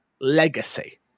legacy